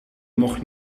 mocht